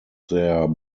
their